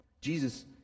Jesus